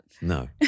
No